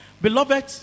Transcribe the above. Beloved